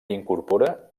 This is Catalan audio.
incorpora